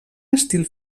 estil